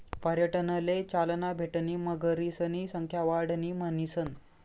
पर्यटनले चालना भेटणी मगरीसनी संख्या वाढणी म्हणीसन